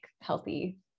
healthy